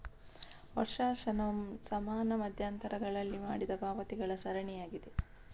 ವರ್ಷಾಶನವು ಸಮಾನ ಮಧ್ಯಂತರಗಳಲ್ಲಿ ಮಾಡಿದ ಪಾವತಿಗಳ ಸರಣಿಯಾಗಿದೆ